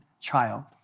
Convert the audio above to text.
child